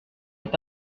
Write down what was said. est